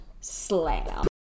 slam